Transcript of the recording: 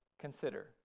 Consider